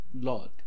Lord